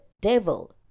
devil